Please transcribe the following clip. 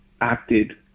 acted